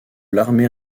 l’armée